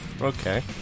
Okay